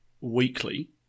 weekly